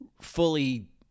fully